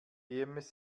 ems